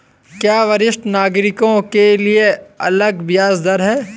क्या वरिष्ठ नागरिकों के लिए अलग ब्याज दर है?